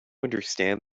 understand